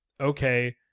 okay